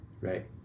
Right